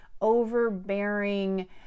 overbearing